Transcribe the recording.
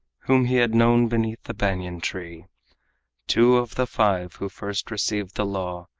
whom he had known beneath the banyan-tree, two of the five who first received the law,